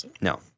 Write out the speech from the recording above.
No